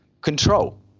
control